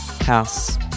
House